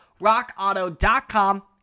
Rockauto.com